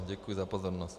Děkuji za pozornost.